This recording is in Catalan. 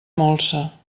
molsa